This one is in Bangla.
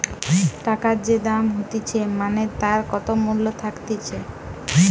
টাকার যে দাম হতিছে মানে তার কত মূল্য থাকতিছে